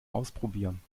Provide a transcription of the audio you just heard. ausprobieren